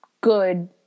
good